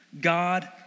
God